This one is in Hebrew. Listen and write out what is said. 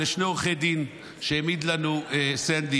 ולשני עורכי דין שהעמיד לנו סנדי,